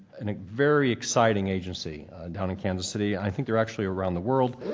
and a very exciting agency down in kansas city. i think they're actually around the world.